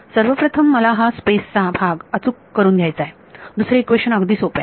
सर्वप्रथम मला हा स्पेस चा भाग अचूक करून घ्यायचा आहे दुसरे इक्वेशन अगदी सोपे आहे